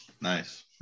Nice